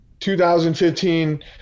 2015